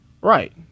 right